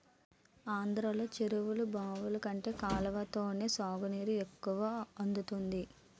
ఆంధ్రలో చెరువులు, బావులు కంటే కాలవతోనే సాగునీరు ఎక్కువ అందుతుంది